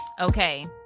Okay